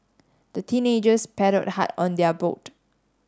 the teenagers paddled hard on their boat